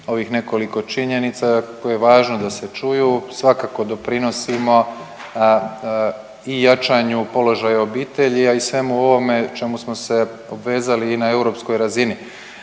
ovih nekoliko činjenica koje je važno da se čuju. Svakako doprinosimo i jačanju položaja obitelji, a i svemu ovome čemu smo se obvezali i na europskoj razini.